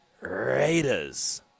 Raiders